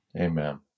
Amen